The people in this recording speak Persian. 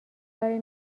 کاری